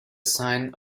sine